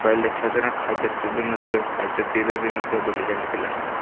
mobile ଦେଖିବା ଦ୍ୱାରା ଖାଇବା ପିଇବା ମଧ୍ୟ ଖାଇବା ପିଇବା ବି ମଧ୍ୟ ଭୁଲିଯାନ୍ତି ପିଲାମାନେ